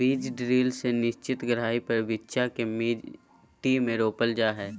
बीज ड्रिल से निश्चित गहराई पर बिच्चा के मट्टी में रोपल जा हई